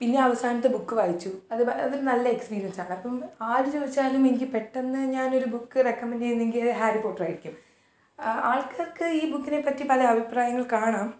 പിന്നെ അവസാനത്തെ ബുക്ക് വായിച്ചു അതും അതൊരു നല്ല എക്സ്പീരിയൻസാണ് അപ്പം ആര് ചോദിച്ചാലും എനിക്ക് പെട്ടെന്ന് ഞാനൊരു ബുക്ക് റെക്കമെന്റ് ചെയ്യുന്നെങ്കിൽ അത് ഹാരിപ്പോട്ടറായിരിക്കും ആൾക്കാർക്ക് ഈ ബുക്കിനെപ്പറ്റി പല അഭിപ്രായങ്ങൾ കാണാം